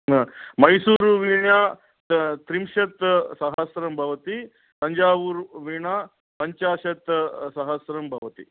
मैसूरुवीणा त्रिंशत् सहस्रं भवति तञ्जावूरुवीणा पञ्चाशत् सहस्रं भवति